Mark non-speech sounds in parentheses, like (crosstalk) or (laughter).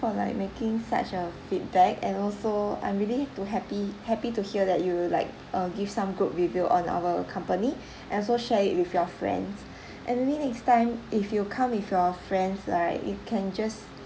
for like making such a feedback and also I'm really to happy happy to hear that you like uh give some good review on our company (breath) and also share it with your friends (breath) and maybe next time if you come with your friends right you can just